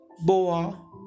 Boa